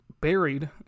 buried